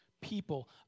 people